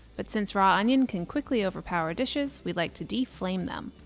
but since raw onion can quickly overpower dishes, we like to de-flame them,